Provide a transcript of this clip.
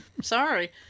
Sorry